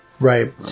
Right